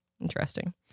Interesting